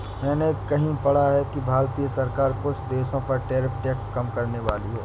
मैंने कहीं पढ़ा है कि भारतीय सरकार कुछ देशों पर टैरिफ टैक्स कम करनेवाली है